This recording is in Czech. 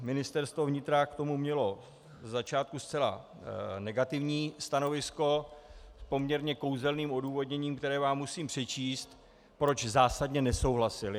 Ministerstvo vnitra k tomu mělo ze začátku zcela negativní stanovisko s poměrně kouzelným odůvodněním, které vám musím přečíst, proč zásadně nesouhlasili.